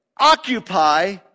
occupy